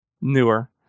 newer